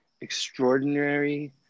extraordinary